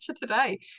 today